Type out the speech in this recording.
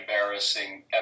embarrassing